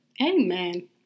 Amen